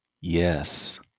Yes